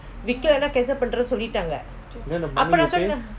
இல்லஇல்ல:illailla pay